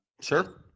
sure